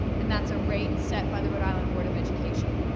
and that's a rate set by the rhode island board of education.